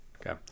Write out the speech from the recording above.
Okay